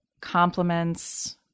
compliments